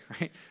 right